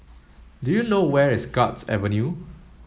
do you know where is Guards Avenue